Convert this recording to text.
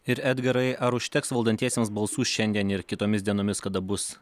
ir edgarai ar užteks valdantiesiems balsų šiandien ir kitomis dienomis kada bus